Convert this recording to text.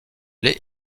lait